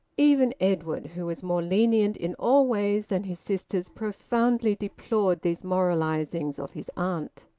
even edwin, who was more lenient in all ways than his sisters, profoundly deplored these moralisings of his aunt.